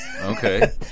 okay